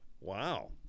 wow